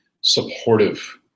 supportive